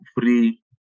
free